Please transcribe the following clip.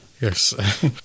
Yes